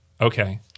Okay